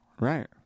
Right